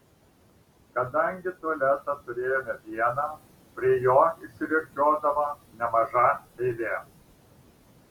kadangi tualetą turėjome vieną prie jo išsirikiuodavo nemaža eilė